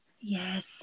Yes